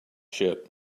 ship